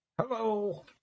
Hello